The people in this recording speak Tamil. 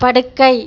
படுக்கை